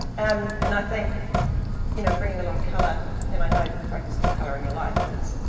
um and i think you know, bringing a lot of color and i know the program's called colour in your life, but